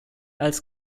als